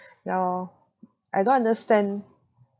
ya lor I don't understand